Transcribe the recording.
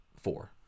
four